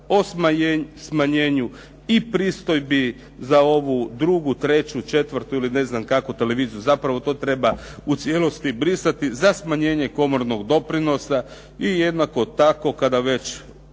o smanjenju i pristojbi za ovu drugu, treću, četvrtu ili ne znam kakvu televiziju. Zapravo, to treba u cijelosti brisati, za smanjenje komornog doprinosa i jednako tako kada već